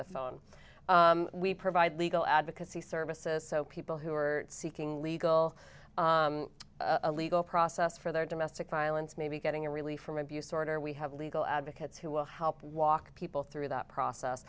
the phone we provide legal advocacy services so people who are seeking legal legal process for their domestic violence may be getting relief from abuse order we have legal advocates who will help walk people through that process